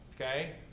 okay